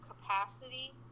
capacity